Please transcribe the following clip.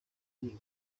miti